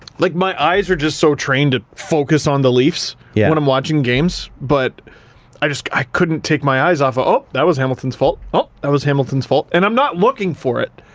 like, my eyes are just so trained to focus on the leafs yeah when i'm watching games, but i just i couldn't take my eyes off of ah oh, that was hamilton's fault. oh that was hamilton's fault and i'm not looking for it.